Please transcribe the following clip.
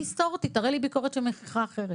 תסתור אותי, תראה לי ביקורת שמוכיחה אחרת.